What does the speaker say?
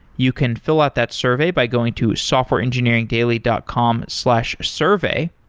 you can fill out that survey by going to softwareengineeringdaily dot com slash survey.